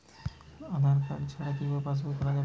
আধার card ছাড়া কি পাসবই খোলা যাবে কি?